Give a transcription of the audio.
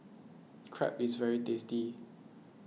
Crepe is very tasty